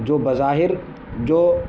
جو بظاہر جو